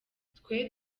twe